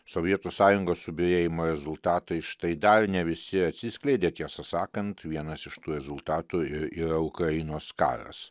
sovietų sąjungos subyrėjimo rezultatai štai dar ne visi atsiskleidė tiesą sakant vienas iš tų rezultatų ir yra ukrainos karas